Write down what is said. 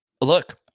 look